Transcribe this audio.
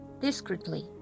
discreetly